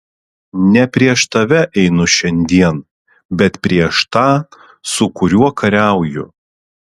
ne prieš tave einu šiandien bet prieš tą su kuriuo kariauju